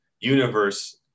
universe